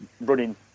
running